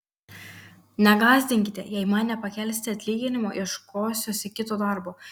negąsdinkite jei man nepakelsite atlyginimo ieškosiuosi kito darbo